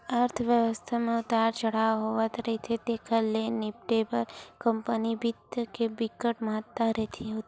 अर्थबेवस्था म उतार चड़हाव होवथ रहिथे तेखर ले निपटे बर कंपनी बित्त के बिकट महत्ता होथे